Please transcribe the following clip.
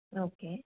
okay